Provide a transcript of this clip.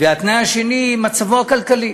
והתנאי השני, מצבו הכלכלי.